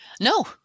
No